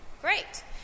Great